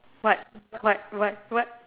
what what what what